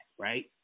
right